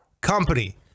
company